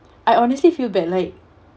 I honestly feel bad like